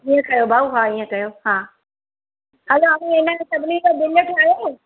हीअं कयो भाऊ हा हीअं कयो हा हलो हाणे हिननि सभिनी जो बिलि ठाहियो